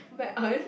my aunt